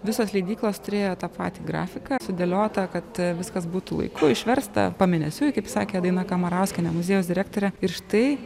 visos leidyklos turėjo tą patį grafiką sudėliotą kad viskas būtų laiku išversta pamėnesiui kaip sakė daina kamarauskienė muziejaus direktorė ir štai